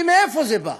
כי מאיפה זה בא?